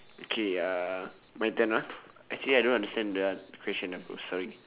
K uh my turn ah actually I don't understand that one the question ah bro sorry